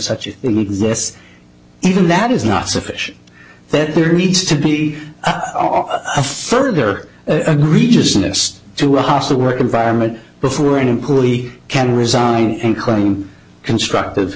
exists even that is not sufficient that there needs to be a further agree just honest to a hostile work environment before an employee can resign and claim constructive